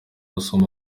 asoma